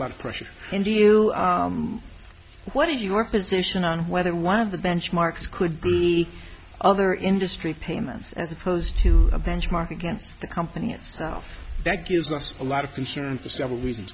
of pressure and you know what is your position on whether one of the benchmarks could be other industry payments as opposed to a benchmark against the company itself that gives us a lot of concern for several reasons